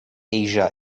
asia